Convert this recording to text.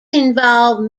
involved